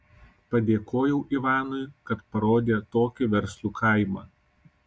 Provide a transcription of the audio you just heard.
padėkojau ivanui kad parodė tokį verslų kaimą